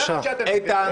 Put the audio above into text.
איתן,